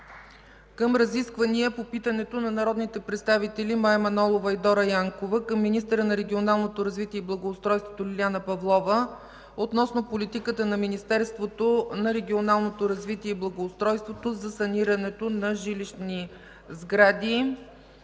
януари 2015 г., внесено от народните представители Мая Манолова и Дора Янкова до министъра на регионалното развитие и благоустройството Лиляна Павлова относно политиката на Министерството на регионалното развитие и благоустройството за санирането на жилищни сгради